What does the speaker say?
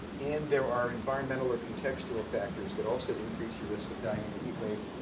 and there are environmental or contextual factors that also increase your risk of dying in a heat wave.